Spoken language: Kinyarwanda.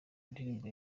indirimbo